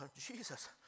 Jesus